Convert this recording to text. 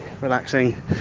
relaxing